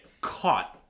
caught